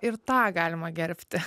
ir tą galima gerbti